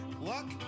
luck